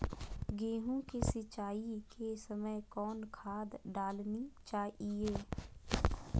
गेंहू के सिंचाई के समय कौन खाद डालनी चाइये?